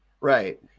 Right